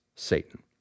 satan